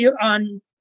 on